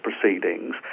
proceedings